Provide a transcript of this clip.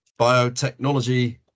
biotechnology